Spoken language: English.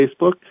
Facebook